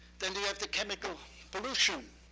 then they have the chemical pollution,